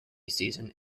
season